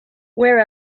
where